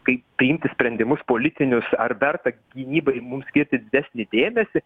kaip priimti sprendimus politinius ar verta gynybai mums skirti didesnį dėmesį